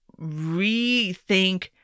rethink